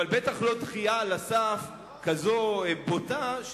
אבל בטח לא דחייה על הסף כזאת בוטה,